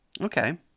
Okay